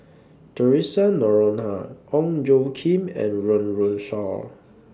Theresa Noronha Ong Tjoe Kim and Run Run Shaw